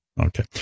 okay